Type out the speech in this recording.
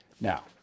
Now